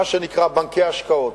מה שנקרא בנקי השקעות.